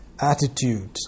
attitude